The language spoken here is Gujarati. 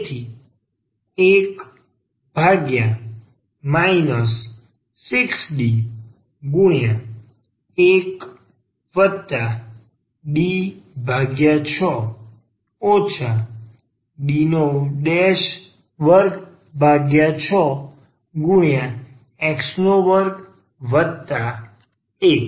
તેથી 1 6D1D6 D26x21